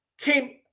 came